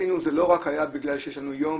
שעשינו הוא לא רק בגלל שהיה לנו יום,